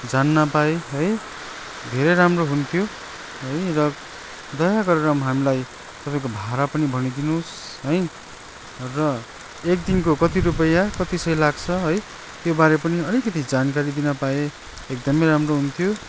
जान्न पाए है धेरै राम्रो हुन्थ्यो है र दया गरेर हामीलाई तपाईँको भाडा पनि भनिदिनुस है र एक दिनको कति रूपियाँ कति सय लाग्छ है त्यो बारे पनि अलिकति जानकारी लिनपाँए एकदमै राम्रे हुन्थ्यो